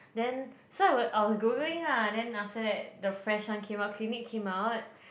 then so I was I was googling lah and then after that the fresh one came out Clinique came out